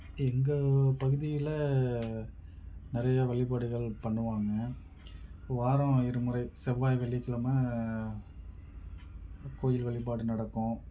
எங்கள் பகுதியில் நிறைய வழிபாடுகள் பண்ணுவாங்க வாரம் இருமுறை செவ்வாய் வெள்ளிகிழமை கோயில் வழிபாடு நடக்கும்